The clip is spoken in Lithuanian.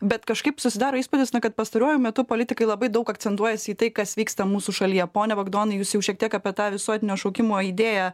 bet kažkaip susidaro įspūdis na kad pastaruoju metu politikai labai daug akcentuojasi į tai kas vyksta mūsų šalyje pone bagdonai jūs jau šiek tiek apie tą visuotinio šaukimo idėją